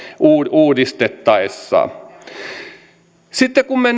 uudistettaessa me